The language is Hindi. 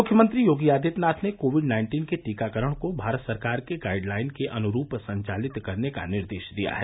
मुख्यमंत्री योगी आदित्यनाथ ने कोविड नाइन्टीन के टीकाकरण को भारत सरकार के गाइड लाइन के अनुरूप संचालित करने का निर्देश दिया है